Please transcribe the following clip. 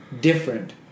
different